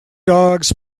dogs